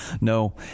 No